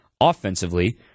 offensively